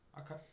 Okay